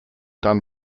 done